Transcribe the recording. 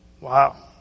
Wow